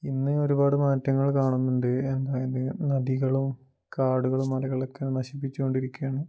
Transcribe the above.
ഇന്ന് ഒരുപാട് മാറ്റങ്ങൾ കാണുന്നുണ്ട് അതായത് നദികളും കാടുകളും മലകളൊക്കെ നശിപ്പിച്ചു കൊണ്ടിരിക്കുകയാണ്